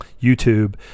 YouTube